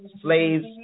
slaves